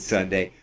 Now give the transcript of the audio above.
Sunday